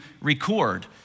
record